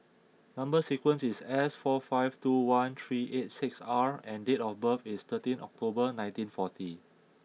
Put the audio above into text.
number sequence is S four five two one three eight six R and date of birth is thirteen October nineteen forty